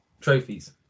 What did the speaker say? trophies